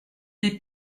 des